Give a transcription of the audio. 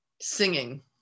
singing